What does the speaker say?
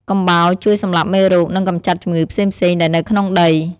កំបោរជួយសម្លាប់មេរោគ និងកម្ចាត់ជំងឺផ្សេងៗដែលនៅក្នុងដី។